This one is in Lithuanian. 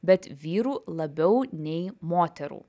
bet vyrų labiau nei moterų